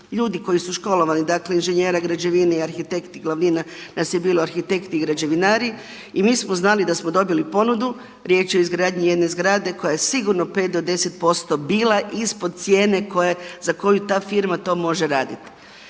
ljudi koji su školovani, dakle inženjera, građevine i arhitekti, glavnina nas je bila arhitekti i građevinari i mi smo znali da smo dobili ponudu, riječ je o izgradnji jedne zgrade koja je sigurno 5 do 10% bila ispod cijene za koju ta firma to može raditi.